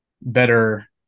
better